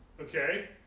Okay